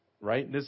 right